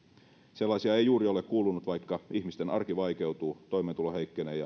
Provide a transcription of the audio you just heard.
sellaisia ei juuri ole kuulunut vaikka ihmisten arki vaikeutuu toimeentulo heikkenee ja sosiaaliset